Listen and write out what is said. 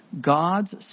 God's